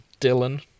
Dylan